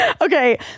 okay